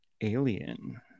alien